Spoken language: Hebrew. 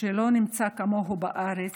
שלא נמצא כמוהו בארץ,